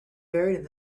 buried